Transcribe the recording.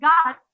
God